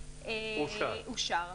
סעיף שהוא אושר.